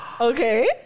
Okay